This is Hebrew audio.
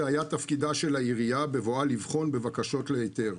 זה היה תפקידה של העירייה בבואה לבחון בבקשות להיתר.